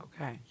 Okay